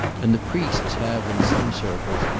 and the priests have, in some circles,